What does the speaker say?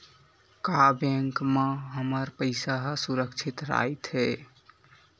का बैंक म हमर पईसा ह सुरक्षित राइथे?